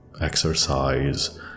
exercise